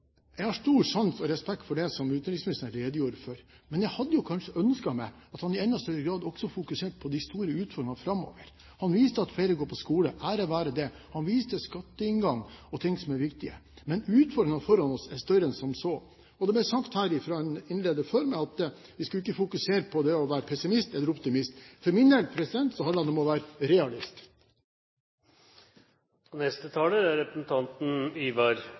jeg har stor sans og respekt for det som utenriksministeren redegjorde for. Men jeg hadde kanskje ønsket at han i enda større grad også hadde fokusert på de store utfordringene framover. Han viste til at flere går på skole – ære være det. Han viste til skatteinngang og ting som er viktige. Men utfordringene foran oss er større enn som så. Det ble sagt her i et innlegg at vi ikke skulle fokusere på å være pessimist eller optimist. For min del handler det om å være realist. Jeg synes det har vært en ganske realistisk debatt. Selv om det tydeligvis er